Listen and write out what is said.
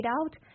out